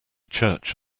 church